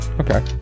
Okay